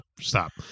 Stop